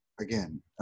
again